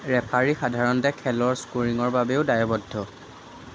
referee সাধাৰণতে খেলৰ স্কোৰিঙৰ বাবেও দায়বদ্ধ